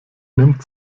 nimmt